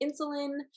insulin